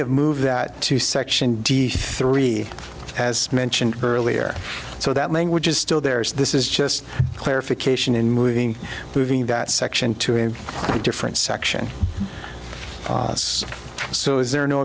have moved that to section d three as i mentioned earlier so that language is still there is this is just a clarification in moving moving that section to in a different section so is there no